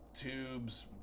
tubes